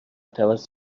توسط